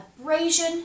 abrasion